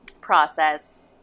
process